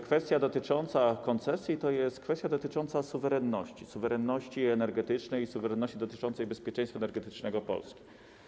Kwestia dotycząca koncesji to jest kwestia dotycząca suwerenności, suwerenności energetycznej i suwerenności dotyczącej bezpieczeństwa energetycznego Polski.